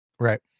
right